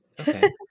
Okay